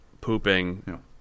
pooping